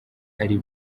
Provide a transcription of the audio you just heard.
ari